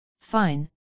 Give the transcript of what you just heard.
fine